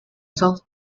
south